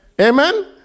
Amen